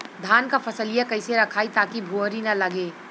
धान क फसलिया कईसे रखाई ताकि भुवरी न लगे?